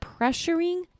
pressuring